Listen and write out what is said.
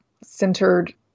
centered